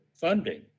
funding